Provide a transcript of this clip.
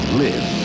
live